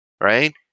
right